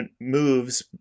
moves